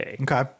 Okay